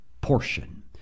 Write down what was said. portion